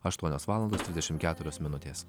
aštuonios valandos trisdešim keturios minutės